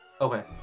Okay